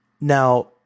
now